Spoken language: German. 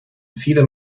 viele